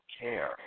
care